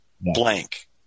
blank